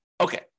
Okay